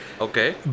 okay